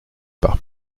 par